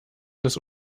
des